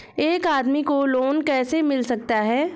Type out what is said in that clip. एक आदमी को लोन कैसे मिल सकता है?